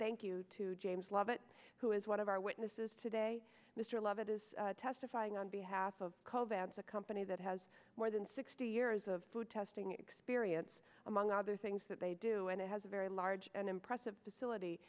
thank you to james lovett who is one of our witnesses today mr lovett is testifying on behalf of coal babs a company that has more than sixty years of food testing experience among other things that they do and it has a very large and impressive facility